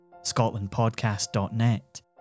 scotlandpodcast.net